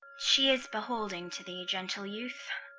she is beholding to thee, gentle youth.